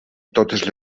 totes